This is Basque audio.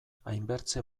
hainbertze